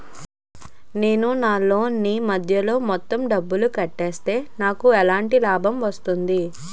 నేను నా లోన్ నీ మధ్యలో మొత్తం డబ్బును కట్టేస్తే నాకు ఎటువంటి లాభం వస్తుంది?